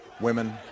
women